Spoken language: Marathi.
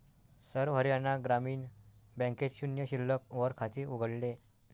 सर्व हरियाणा ग्रामीण बँकेत शून्य शिल्लक वर खाते उघडले